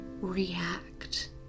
react